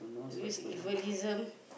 use evilism